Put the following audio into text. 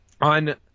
on